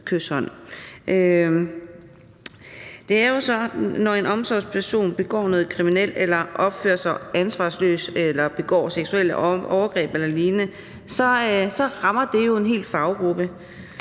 Det er jo sådan, at når en omsorgsperson begår noget kriminelt eller opfører sig ansvarsløst eller begår seksuelle overgreb eller lignende, rammer det en hel faggruppe,